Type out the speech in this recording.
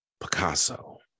Picasso